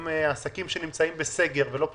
עסקים שנמצאים בסגר ולא פתוחים,